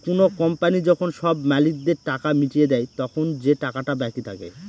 কোনো কোম্পানি যখন সব মালিকদের টাকা মিটিয়ে দেয়, তখন যে টাকাটা বাকি থাকে